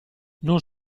non